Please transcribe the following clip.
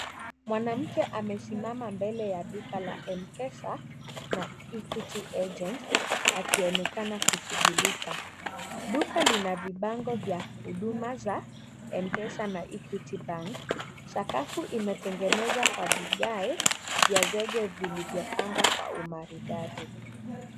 Mwanamke amesimama nje katika duka la Mpesa na equity agent anaonekana kushughulika .Duka lina bango la mpesa na Equity bank. Sakafu imetengenezwa kwa vighai vya zege zilizopangwa kwa umaridadi.